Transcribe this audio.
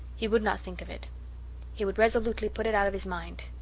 he would not think of it he would resolutely put it out of his mind.